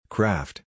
Craft